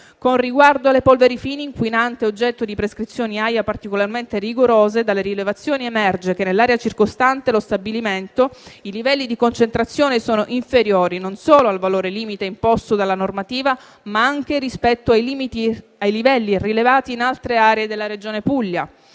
Con riguardo alle polveri fini, inquinante oggetto di prescrizioni AIA particolarmente rigorose, dalle rilevazioni emerge che nell'area circostante lo stabilimento i livelli di concentrazione sono inferiori non solo al valore limite imposto dalla normativa, ma anche rispetto ai livelli rilevati in altre aree della Regione Puglia.